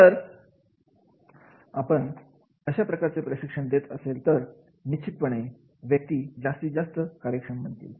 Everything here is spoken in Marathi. जर आपण अशा प्रकारचे प्रशिक्षण देत असेल तर निश्चितपणे व्यक्ती जास्तीत जास्त कार्यक्षम बनतील